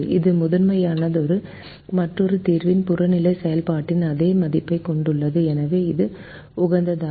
இது முதன்மையான மற்றொரு தீர்வின் புறநிலை செயல்பாட்டின் அதே மதிப்பைக் கொண்டுள்ளது எனவே இது உகந்ததாகும்